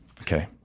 okay